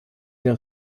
der